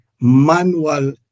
manual